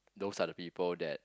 those are the people that